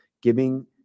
giving